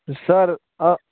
سر آ